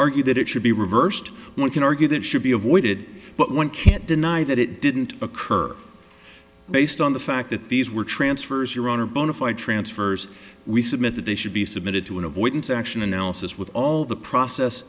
argue that it should be reversed one can argue that should be avoided but one can't deny that it didn't occur based on the fact that these were transfers your honor bonafide transfers we submit that they should be submitted to an avoidance action analysis with all the process